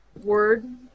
word